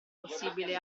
possibile